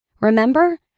Remember